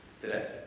today